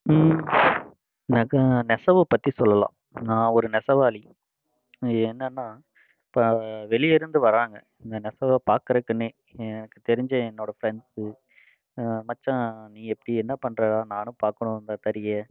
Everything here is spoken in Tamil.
நெச நெசவு பற்றி சொல்லலாம் நான் ஒரு நெசவாளி என்னென்னா இப்போ வெளியே இருந்து வராங்க இந்த நெசவு பார்க்கறக்குனே ஏன் எனக்கு தெரிஞ்ச என்னோடய ஃப்ரெண்ட்ஸு மச்சான் நீ எப்படி என்ன பண்ணுறடா நானும் பார்க்கணும் அந்த தறியை